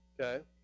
Okay